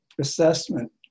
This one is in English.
assessment